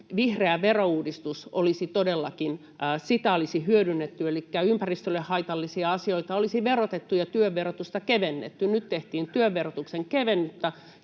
vihreää verouudistusta olisi todellakin hyödynnetty, elikkä ympäristölle haitallisia asioita olisi verotettu ja työn verotusta kevennetty. Nyt tehtiin työn verotuksen keventämistä,